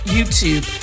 YouTube